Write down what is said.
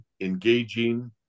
engaging